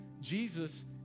Jesus